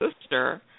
sister